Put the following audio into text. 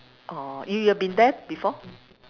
orh you you have been there before